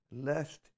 lest